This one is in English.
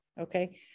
Okay